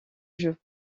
jeux